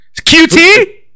QT